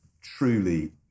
truly